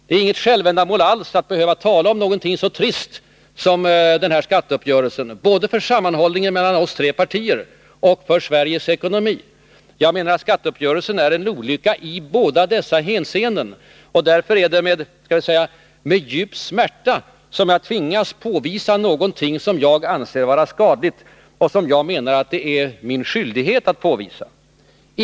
Det är inget självändamål alls att behöva tala om någonting så trist som den här skatteuppgörelsen — både för sammanhållningen mellan våra tre partier och för Sveriges ekonomi. Jag menar att skatteuppgörelsen är en olycka i båda dessa hänseenden. Därför är det med djup smärta som jag tvingas påvisa någonting som jag anser vara skadligt — jag menar att det är min skyldighet att påvisa detta.